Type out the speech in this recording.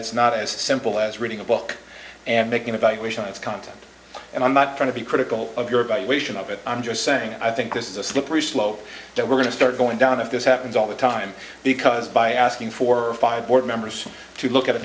it's not as simple as reading a book and make an evaluation on its content and i'm not trying to be critical of your evaluation of it i'm just saying i think this is a slippery slope that we're going to start going down if this happens all the time because by asking for five board members to look at a